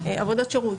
עבודות שירות.